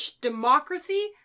democracy